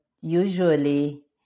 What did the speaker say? usually